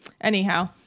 Anyhow